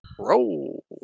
Roll